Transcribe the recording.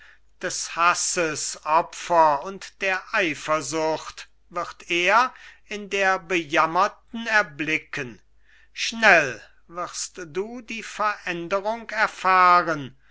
des hasses opfer und der eifersucht wird er in der bejammerten erblicken schnell wirst du die veränderung erfahren